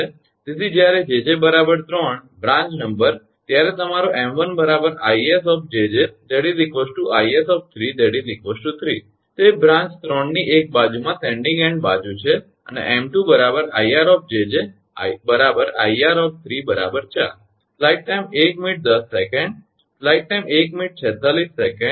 તેથી જ્યારે 𝑗𝑗 3 branch number ત્યારે તમારો 𝑚1 𝐼𝑆𝑗𝑗 𝐼𝑆 3 તે બ્રાંચ 3 ની એક બાજુમાં સેન્ડીંગ એન્ડ બાજુ છે અને 𝑚2 𝐼𝑅𝑗𝑗 𝐼𝑅 4